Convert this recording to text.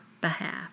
behalf